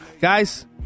Guys